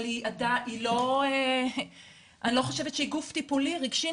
אבל אני לא חושבת שהיא גוף טיפולי רגשי,